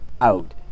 out